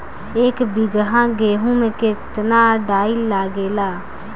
एक बीगहा गेहूं में केतना डाई लागेला?